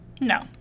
No